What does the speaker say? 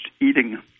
eating